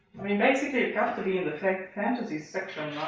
mean basically it has to be in the fantasy section,